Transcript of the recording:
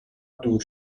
دور